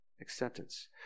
acceptance